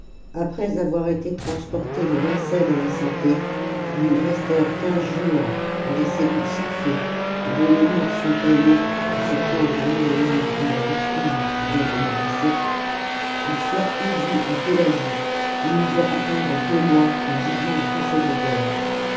après avoir été transportés de vincennes à la santé où ils restèrent quinze jours dans des cellules sans feu et la commune dont les murs suintaient l'eau à ce point que ni le linge ni la literie n'y pouvaient demeurer secs ils furent conduits à pélagie où ils durent attendre deux mois le jugement des conseils de guerre